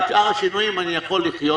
עם שאר השינויים אני יכול לחיות,